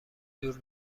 دور